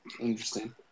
Interesting